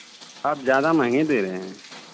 आप ज़्यादा महँगे दे रहें हैं